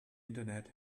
internet